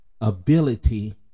ability